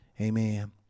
Amen